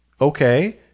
okay